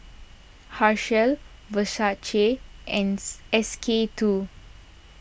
Herschel Versace ants S K two